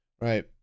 right